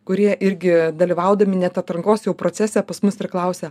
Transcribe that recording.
kurie irgi dalyvaudami net atrankos jau procese pas mus ir klausia